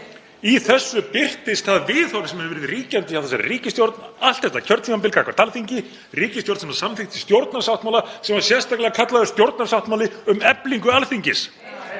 Í þessu birtist það viðhorf sem verið hefur ríkjandi hjá þessari ríkisstjórn allt þetta kjörtímabil gagnvart Alþingi, ríkisstjórn sem samþykkti stjórnarsáttmála sem var sérstaklega kallaður stjórnarsáttmáli um eflingu Alþingis.